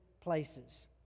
places